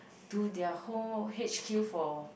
to their whole h_q for